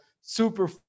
super